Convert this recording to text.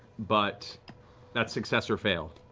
but that's success or fail.